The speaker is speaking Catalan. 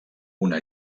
una